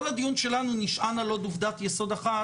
כל הדיון שלנו נשען על עוד עובדת יסוד אחת,